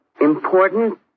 important